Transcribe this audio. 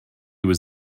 was